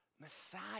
Messiah